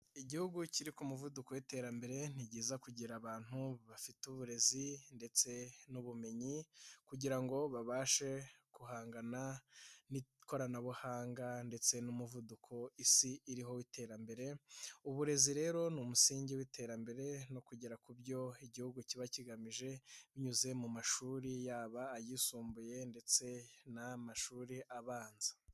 Igihugu kiri ku muvuduko w'iterambere, ni byiza kugira abantu bafite uburezi ndetse n'ubumenyi kugira ngo babashe guhangana n'ikoranabuhanga ndetse n'umuvuduko isi iriho iterambere, uburezi rero ni umusingi w'iterambere no kugera ku byo igihugu kiba kigamije binyuze mu mashuri yaba ayisumbuye ndetse n'amashuri abanza.